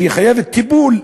והיא מחייבת טיפול.